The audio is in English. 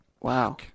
Wow